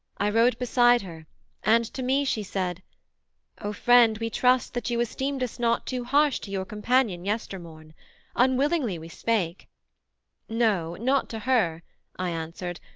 i rode beside her and to me she said o friend, we trust that you esteemed us not too harsh to your companion yestermorn unwillingly we spake no not to her i answered,